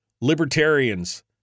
libertarians